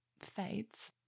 fades